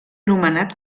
nomenat